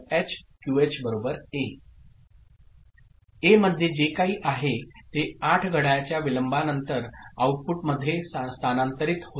H QH A A मध्ये जे काही आहे ते 8 घड्याळच्या विलंबानंतर आउटपुटमध्ये स्थानांतरित होते